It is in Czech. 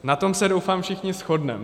Na tom se, doufám, všichni shodneme.